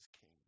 King